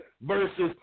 versus